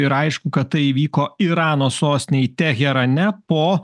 ir aišku kad tai įvyko irano sostinėj teherane po